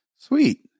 Sweet